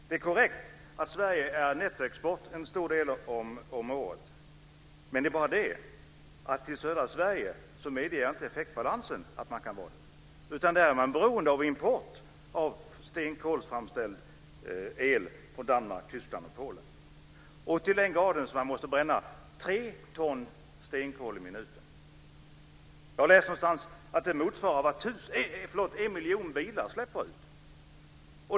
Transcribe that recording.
Det är korrekt att Sverige har en nettoexport under en stor del av året. Men i södra Sverige medger inte effektbalansen en export. Där är man beroende av import av stenkolsframställd el från Danmark, Tyskland och Polen. Det är till den graden att det behöver brännas 3 ton stenkol i minuten. Jag har läst någonstans att det motsvarar vad en miljon bilar släpper ut.